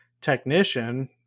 technician